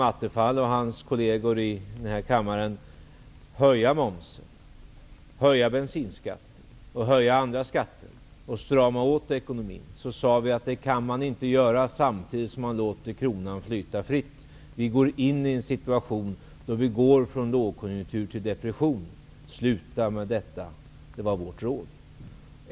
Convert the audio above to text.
Attefall och hans kolleger i kammaren höjde momsen, bensinskatten, andra skatter och stramade åt ekonomin. Vi sade: Man kan inte göra det samtidigt som man låter kronan flyta fritt. Vi går in i en situation då vi går från lågkonjunktur till depression. Sluta med detta! Detta var vårt råd.